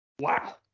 Wow